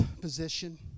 position